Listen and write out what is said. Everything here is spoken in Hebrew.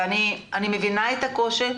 ואני מבינה את הקושי,